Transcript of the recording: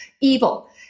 evil